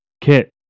Kit